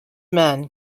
men